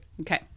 Okay